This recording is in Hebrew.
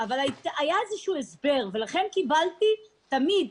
היה איזשהו הסבר ולכן קיבלתי תמיד,